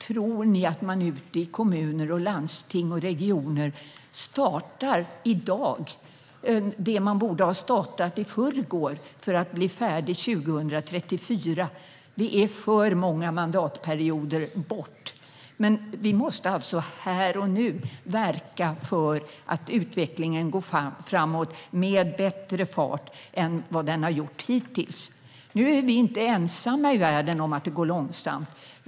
Tror ni att man ute i kommuner, landsting och regioner startar i dag det man borde ha startat i förrgår för att bli färdig 2034? Det är för många mandatperioder bort. Vi måste här och nu verka för att utvecklingen går framåt med bättre fart än vad den har gjort hittills. Nu är vi inte ensamma i världen om att det går långsamt.